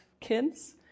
kids